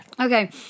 Okay